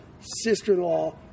sister-in-law